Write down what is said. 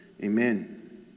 Amen